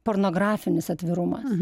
pornografinis atvirumas